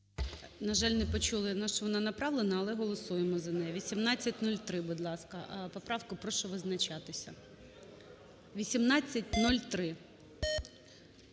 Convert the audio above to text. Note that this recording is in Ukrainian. На жаль, не почули, на що вона направлена, але голосуємо за неї. 1803, будь ласка, поправка. Прошу визначатися. 1803.